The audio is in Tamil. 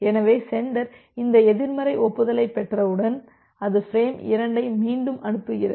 எனவே சென்டர் இந்த எதிர்மறை ஒப்புதலைப் பெற்றவுடன் அது ஃபிரேமை 2 ஐ மீண்டும் அனுப்புகிறது